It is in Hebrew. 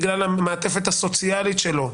בגלל המעטפת הסוציאלית שלו,